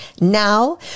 Now